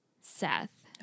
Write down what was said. Seth